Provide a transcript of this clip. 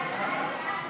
הודעת הממשלה על